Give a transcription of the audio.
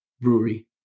brewery